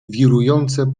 wirujące